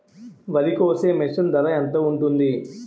వరి కోసే మిషన్ ధర ఎంత ఉంటుంది?